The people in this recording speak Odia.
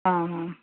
ହଁ ହଁ